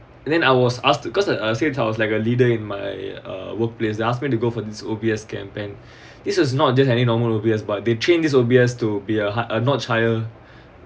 and then I was asked to because I ask you tell us like a leader in my uh workplace ask me to go for this O_B_S camping this is not just any normal O_B_S but they changes will be asked to be a notch higher